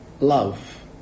love